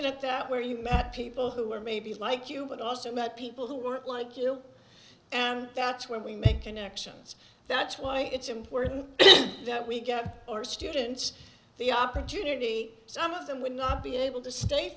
t that where you met people who were maybe like you but also met people who were like you and that's where we make connections that's why it's important that we get our students the opportunity some of them would not be able to stay